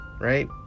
right